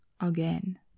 again